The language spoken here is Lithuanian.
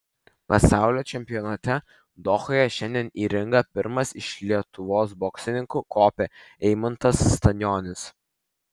pasaulio čempionate dohoje šiandien į ringą pirmas iš lietuvos boksininkų kopė eimantas stanionis